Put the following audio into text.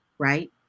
right